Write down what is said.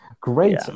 Great